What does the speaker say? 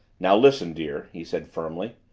now listen, dear, he said firmly,